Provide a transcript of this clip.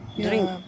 Drink